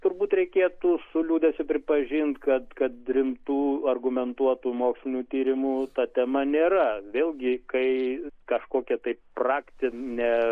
turbūt reikėtų su liūdesiu pripažinti kad kad rimtų argumentuotų mokslinių tyrimų ta tema nėra vėlgi kai kažkokią tai praktinę